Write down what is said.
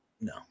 No